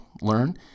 learn